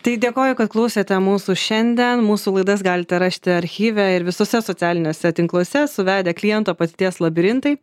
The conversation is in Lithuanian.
tai dėkoju kad klausėte mūsų šiandien mūsų laidas galite rasti archyve ir visuose socialiniuose tinkluose suvedę kliento patirties labirintai